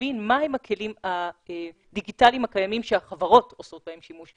ולהבין מה הם הכלים הדיגיטליים הקיימים שהחברות עושות בהם שימוש.